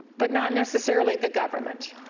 but not necessarily the government.